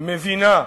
מבינה,